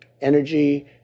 energy